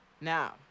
Now